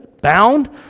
Bound